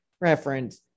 reference